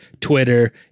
Twitter